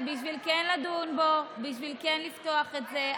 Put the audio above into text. בשביל כן לדון בו, בשביל כן לפתוח את זה.